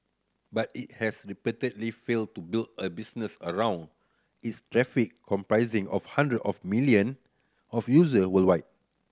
but it has repeatedly failed to build a business around its traffic comprising of hundred of million of user worldwide